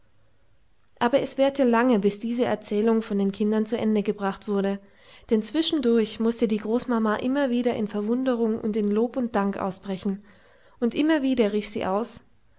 aber es währte lange bis diese erzählung von den kindern zu ende gebracht wurde denn zwischendurch mußte die großmama immer wieder in verwunderung und in lob und dank ausbrechen und immer wieder rief sie aus